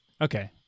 Okay